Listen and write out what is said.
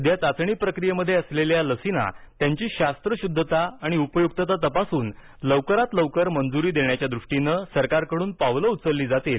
सध्या चाचणी प्रक्रीयेमध्ये असलेल्या लसींना त्यांची शास्त्रशुद्धता आणि उपयुक्तता तपासून लवकरात लवकर मंजूरी देण्याच्या दृष्टीनं सरकारकडून पावलं उचलली जातील